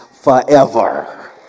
forever